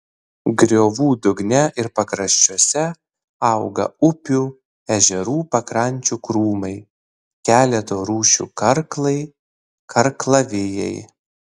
griovų dugne ir pakraščiuose auga upių ežerų pakrančių krūmai keleto rūšių karklai karklavijai